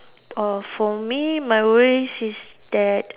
orh for me my worries is that